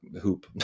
hoop